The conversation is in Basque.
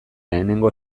lehenengo